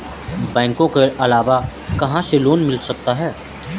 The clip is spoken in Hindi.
बैंकों के अलावा मुझे कहां से लोंन मिल सकता है?